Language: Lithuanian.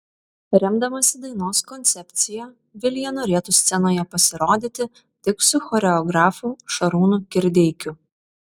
remdamasi dainos koncepcija vilija norėtų scenoje pasirodyti tik su choreografu šarūnu kirdeikiu